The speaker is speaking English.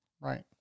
Right